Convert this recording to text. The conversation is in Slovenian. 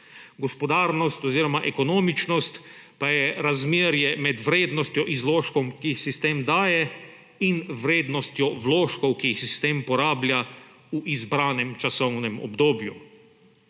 Gospodarnost oziroma ekonomičnost pa je razmerje med vrednostjo izložkov, ki jih sistem daje, in vrednostjo vložkov, ki jih sistem porablja v izbranem časovnem obdobju.